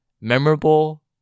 Memorable